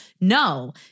No